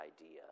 idea